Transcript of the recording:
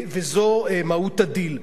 וזו מהות הדיל.